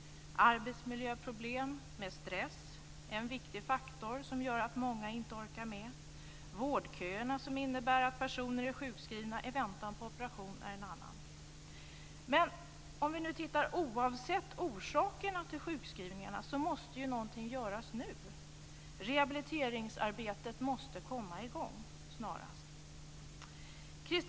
Arbetsmiljöproblem med stress är en viktig faktor som gör att många inte orkar med. Vårdköerna, som innebär att personer är sjukskrivna i väntan på operation, är en annan. Men oavsett orsakerna till sjukskrivningarna måste ju någonting göras nu! Rehabiliteringsarbetet måste komma i gång snarast.